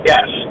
Yes